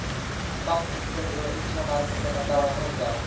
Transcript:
stock ಎಕ್ಸ್ಚೇಂಜ್ಗಳು ಹೆಚ್ಚಿನ ಮಾರುಕಟ್ಟೆ ಬಂಡವಾಳವನ್ನು ಹೊಂದ್ಯಾವ